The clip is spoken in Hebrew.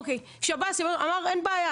ייאמר לזכות שב"ס שהוא אמר: אין בעיה.